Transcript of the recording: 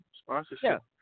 sponsorship